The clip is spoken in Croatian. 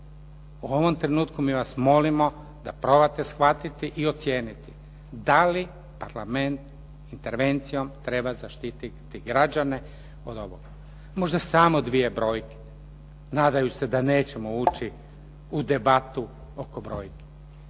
U ovom trenutku mi vas molimo da probate shvatiti i ocijeniti da li Parlament intervencijom treba zaštiti građane od ovoga. Možda samo dvije brojke nadajući se da nećemo ući u debatu oko brojki.